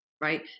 right